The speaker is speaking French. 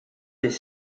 des